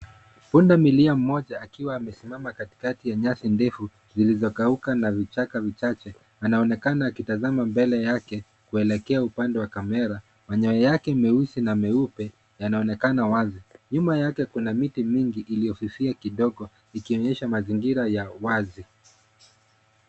Pundamilia moja akiwa amesimama katikati ya nyasi ndefu zilizokauka na vichaka vichache anaonekana akitazama mbele yake kuelekea upande wa kamera. Manyoa yake meusi na meupe yanaonekana wazi. Nyuma yake kuna miti mingi iliyofifia kidogo ikionyesha mazingira ya wazi.